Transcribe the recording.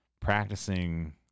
practicing